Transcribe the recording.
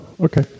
Okay